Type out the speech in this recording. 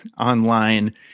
online